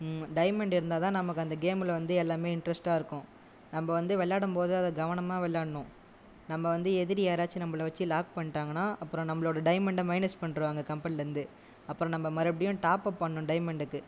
diamond இருந்தால் தான் நமக்கு அந்த கேமில் வந்து எல்லாமே இன்ட்ரஸ்டாக இருக்கும் நம்ம வந்து விளையாடும் போது அதை கவனமாக விளையாடணும் நம்ம வந்து எதிரி யாராச்சும் நம்பள வச்சு லாக் பண்ணிட்டாங்கனால் அப்புறம் நம்மளோட டைமண்ட்டை மைனஸ் பண்ணிறுவாங்க கம்பெனியில் இருந்து அப்புறம் நம்ம மறுபடியும் டாப்அப் பண்ணணும் டைமண்டுக்கு